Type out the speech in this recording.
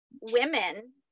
women